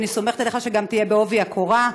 אני סומכת עליך שגם תהיה בעובי הקורה,